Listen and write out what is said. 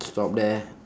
stop there